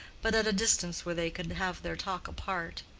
but at a distance where they could have their talk apart.